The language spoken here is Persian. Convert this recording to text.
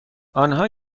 آنها